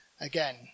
again